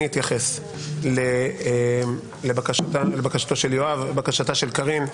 אני אתייחס לבקשתו של יואב ולבקשתה של קארין,